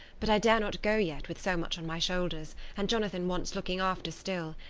but i dare not go yet, with so much on my shoulders and jonathan wants looking after still.